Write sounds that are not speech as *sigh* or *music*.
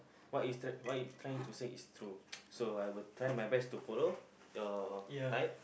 what is the what your trying to say is true *noise* so I will try my best to follow your type